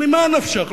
ממה נפשך?